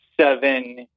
seven